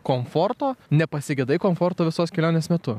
komforto nepasigedai komforto visos kelionės metu